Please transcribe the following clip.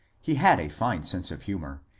he had a fine sense of humour,